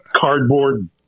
cardboard